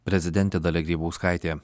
prezidentė dalia grybauskaitė